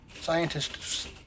Scientists